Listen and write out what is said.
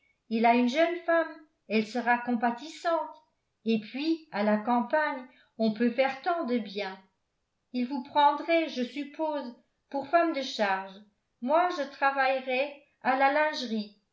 il a une jeune femme elle sera compatissante et puis à la campagne on peut faire tant de bien il vous prendrait je suppose pour femme de charge moi je travaillerais à la lingerie